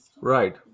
right